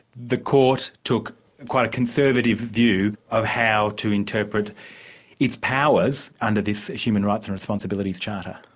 the court took quite a conservative view of how to interpret its powers under this human rights and responsibilities charter.